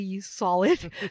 solid